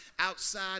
outside